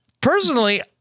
Personally